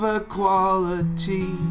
equality